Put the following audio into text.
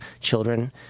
children